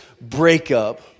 breakup